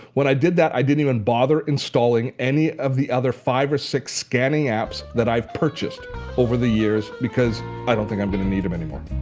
when i did that, i didn't even bother installing any of the other five or six scanning apps that i've purchased over the years because i don't think i'm going to need them anymore.